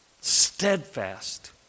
steadfast